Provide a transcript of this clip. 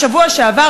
בשבוע שעבר,